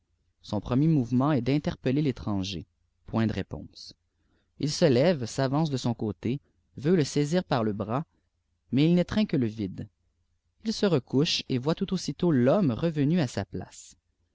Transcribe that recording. son premier mouvement est d'interpeller l'étranger point de réponse il se lève s'avance de son côte veut le saisir par le bras mais il n'étreint que le vide il se recouche et voit tout aussitôt l'homme revenu à sa place